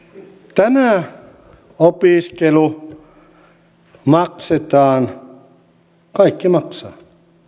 tämä opiskelu maksetaan kaikki maksavat